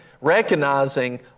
recognizing